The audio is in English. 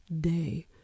day